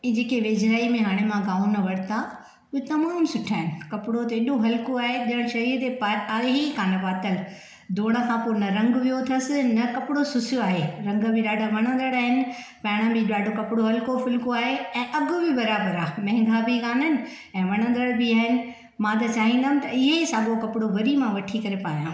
ही जेके वेझड़ाअ में हाणे मां गाउन वरिता हू तमामु सुठा आहिनि कपड़ो त ऐॾो हल्को आहे ॼणु शरीर ते पाए आहे ई कान पातलु धोइण खां पोइ नरम वियो अथसि न कपड़ो सुसियो आहे रंग बि ॾाढा वणंदड़ आहिनि पाइण में ॾाढो कपड़ो हल्को फुल्को आहे ऐं अघु बि बराबर आहे महांगा बि काननि ऐं वणंदड़ु बि आहिनि मां त चाहींदम त इहे ही साॻियो कपड़ो वरी मां वठी करे पाहियां